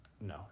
No